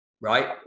Right